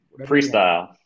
Freestyle